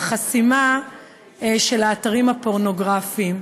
החסימה של האתרים הפורנוגרפיים.